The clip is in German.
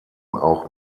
auch